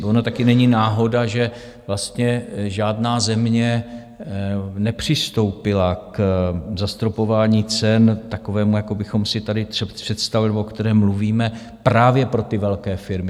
Ono taky není náhoda, že vlastně žádná země nepřistoupila k zastropování cen takovému, jako bychom si tady představovali, o kterém mluvíme právě pro velké firmy.